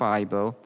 Bible